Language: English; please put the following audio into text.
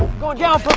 going down,